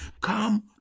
Come